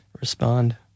respond